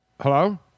Hello